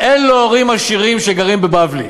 אין לו הורים עשירים שגרים בבבלי.